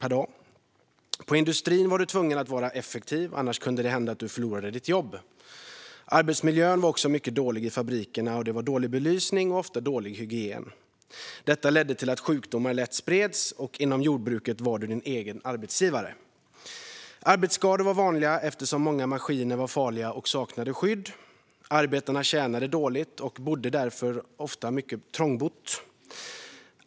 Inom industrin var du tvungen att vara effektiv, annars kunde det hända att du förlorade ditt jobb. Arbetsmiljön i fabrikerna var också mycket dålig. Det var dålig belysning och ofta dålig hygien. Detta ledde till att sjukdomar lätt spreds. Arbetsskador var vanliga eftersom många maskiner var farliga och saknade skydd. Arbetarna tjänade dåligt och bodde därför ofta mycket trångt.